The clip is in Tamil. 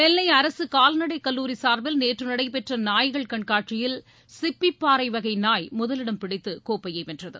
நெல்லை அரசு கால்நடை கல்லூரி சார்பில் நேற்று நடைபெற்ற நாய்கள் கண்காட்சியில் சிப்பிபாறை வகை நாய் முதலிடம் பிடித்து கோப்பையை வென்றது